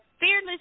fearless